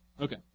Okay